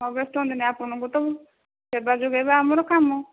ହଁ ବ୍ୟସ୍ତ ହୁଅନ୍ତୁନି ଆପଣଙ୍କୁ ତ ସେବା ଯୋଗାଇବା ଆମର କାମ